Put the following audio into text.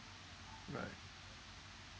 right